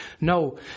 No